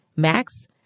max